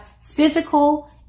physical